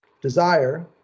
Desire